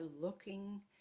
looking